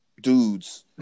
dudes